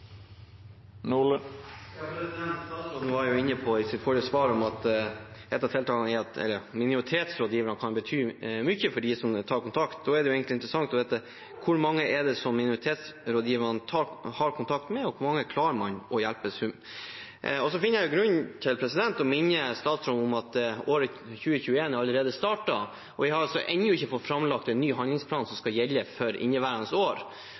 Statsråden var inne på i sitt forrige svar at minoritetsrådgiverne kan bety mye for dem som tar kontakt. Da er det egentlig interessant å vite hvor mange minoritetsrådgiverne har kontakt med, og hvor mange man klarer å hjelpe i sum. Jeg finner grunn til å minne statsråden om at året 2021 allerede har startet, og vi har altså ennå ikke fått framlagt en ny handlingsplan som skal gjelde for inneværende år.